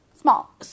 small